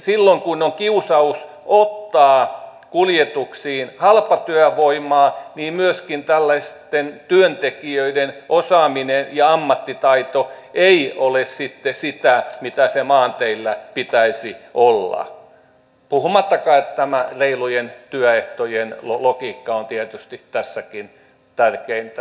silloin kun on kiusaus ottaa kuljetuksiin halpatyövoimaa niin myöskään tällaisten työntekijöiden osaaminen ja ammattitaito ei ole sitten sitä mitä sen maanteillä pitäisi olla puhumattakaan että reilujen työehtojen logiikka on tietysti tässäkin tärkeintä